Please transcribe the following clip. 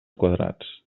quadrats